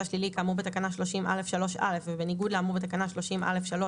שלילי כאמור בתקנה 30(א)(3)(א) ובניגוד לאמור בתקנה 30(א)(3),